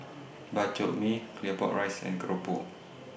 Bak Chor Mee Claypot Rice and Keropok